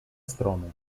strony